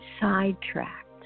sidetracked